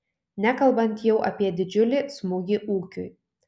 nekalbant jau apie didžiulį smūgį ūkiui